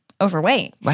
overweight